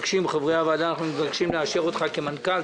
חברי הוועדה, מתבקשים לאשר אותך כמנכ"ל.